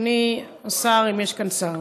אדוני השר, אם יש כאן שר,